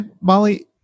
Molly